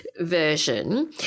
version